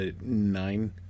nine